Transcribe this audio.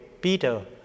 Peter